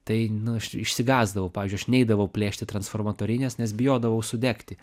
tai nu aš išsigąsdavau pavyzdžiui aš neidavau plėšti transformatorinės nes bijodavau sudegti